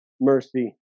mercy